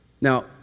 Now